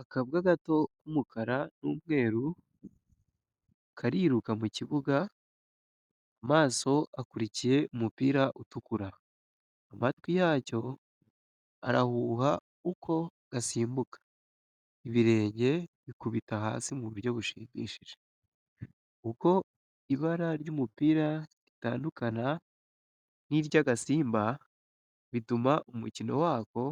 Akabwa gato k’umukara n’umweru kariruka mu kibuga, amaso akurikiye umupira utukura. Amatwi yacyo arahuhuka uko gasimbuka, ibirenge bikubita hasi mu buryo bushimishije. Uko ibara ry’umupira ritandukana n’irya gasimba bituma umukino wako